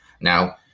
now